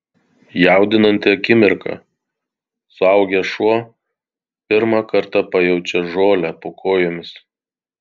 jaudinanti akimirka suaugęs šuo pirmą kartą pajaučia žolę po kojomis